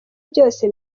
byose